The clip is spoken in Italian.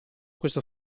questo